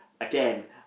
Again